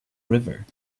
river